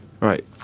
Right